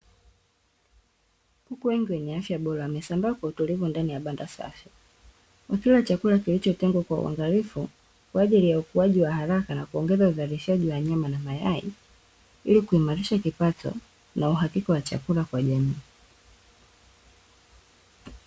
Kuku wengi wenye afya bora wamesambaa kwa utulivu ndani ya banda safi. Wakila chakula kilichotengwa kwa uangalifu, kwa ajili ya ukuaji wa haraka na kuongeza uzalishaji wa nyama na mayai; ili kuimarisha kipato na uhakika wa chakula kwa jamii.